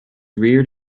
reared